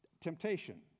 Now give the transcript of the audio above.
temptation